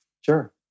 Sure